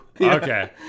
Okay